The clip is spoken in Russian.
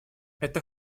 это